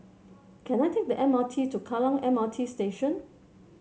can I take the M R T to Kallang M R T Station